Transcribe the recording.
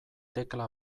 tekla